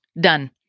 Done